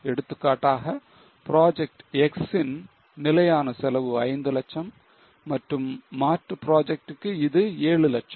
எடுத்துக்காட்டாக project X ன் நிலையான செலவு 5 லட்சம் மேலும் மாற்று project க்கு இது 7 லட்சம்